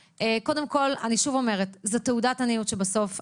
קודם כול אני שוב אומרת: זו תעודת עניות שבסוף המתמחים,